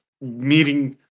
meeting